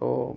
तो